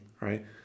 right